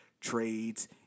trades